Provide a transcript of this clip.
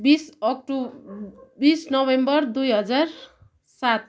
बिस अक्टु बिस नोभेम्बर दुई हजार सात